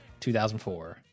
2004